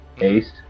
Ace